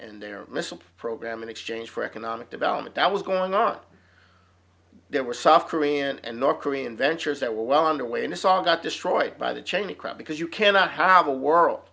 and their missile program in exchange for economic development that was going up there were south korean and north korean ventures that were well underway in the song got destroyed by the cheney crowd because you cannot have a world